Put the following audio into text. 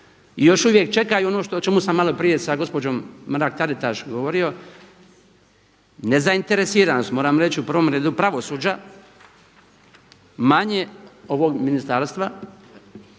još uvijek čekaju ono o čemu sam malo prije sa gospođom Mrak-Taritaš govorio nezainteresiranost, moram reći u prvom redu pravosuđa, manje ovog ministarstva